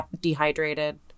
dehydrated